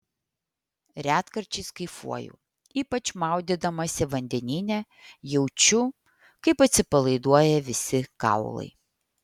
retkarčiais kaifuoju ypač maudydamasi vandenyne jaučiu kaip atsipalaiduoja visi kaulai